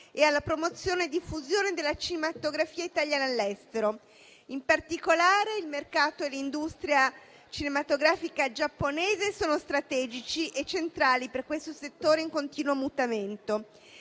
e alla promozione e diffusione della cinematografia italiana all'estero. In particolare, il mercato e l'industria cinematografica giapponese sono strategici e centrali per questo settore in continuo mutamento.